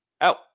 Out